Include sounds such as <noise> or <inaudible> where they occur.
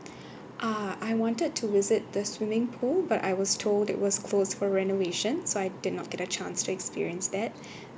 <breath> uh I wanted to visit the swimming pool but I was told it was closed for renovation so I did not get a chance to experience that <breath>